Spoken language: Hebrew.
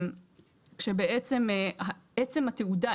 שבעצם עצם התעודה,